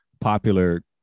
popular